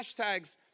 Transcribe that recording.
hashtags